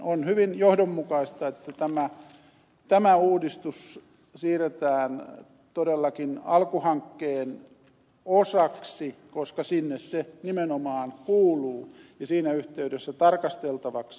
on hyvin johdonmukaista että tämä uudistus siirretään todellakin alku hankkeen osaksi koska sinne se nimenomaan kuuluu ja siinä yhteydessä tarkasteltavaksi